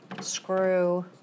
screw